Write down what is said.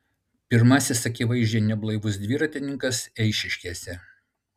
pirmasis akivaizdžiai neblaivus dviratininkas eišiškėse